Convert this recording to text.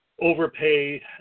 overpay